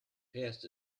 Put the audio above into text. passed